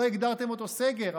לא הגדרתם אותו סגר,